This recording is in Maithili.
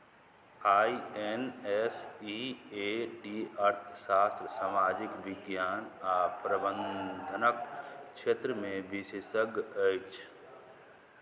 I N S E A D अर्थशास्त्र सामाजिक विज्ञान आ प्रबन्धनक क्षेत्रमे विशेषज्ञ अछि